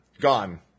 Gone